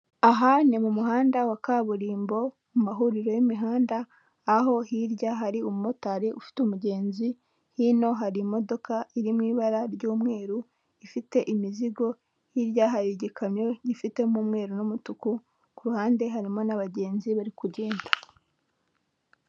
Aha ni mu muhanda wa kaburimbo mu mahuriro y'imihanda, aho hirya hari umumotari ufite umugenzi hino harimo iri mu ibara ry'umweru ifite imizigo hirya hari igikamyo gifitemo umweru n'umutuku, ku ruhande harimo n'abagenzi bari kugenda.